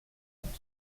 fand